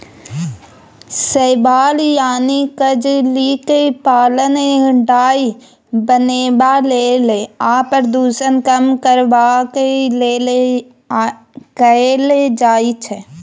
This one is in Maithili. शैबाल यानी कजलीक पालन डाय बनेबा लेल आ प्रदुषण कम करबाक लेल कएल जाइ छै